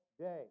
day